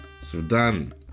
Sudan